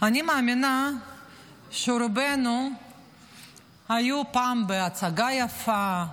אני מאמינה שרובנו היינו פעם בהצגה יפה,